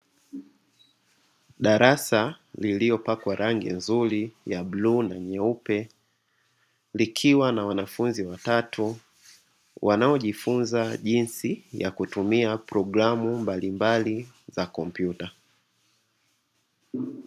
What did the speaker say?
Darasa lililopakwa rangi nzuri ya bluu na nyeupe, likiwa na wanafunzi watatu wanaojifunza jinsi ya kutumia programu mbalimbali za kompyuta.